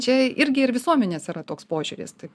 čia irgi ir visuomenės yra toks požiūris tai